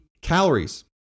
calories